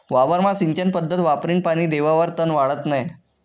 वावरमा सिंचन पध्दत वापरीन पानी देवावर तन वाढत नै